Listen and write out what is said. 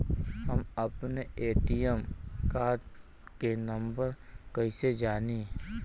हम अपने ATM card के नंबर कइसे जानी?